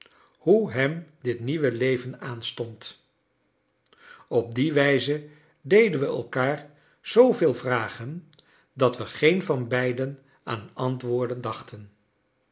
hoe hem dit nieuwe leven aanstond op die wijze deden we elkaar zooveel vragen dat we geen van beiden aan antwoorden dachten